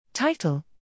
Title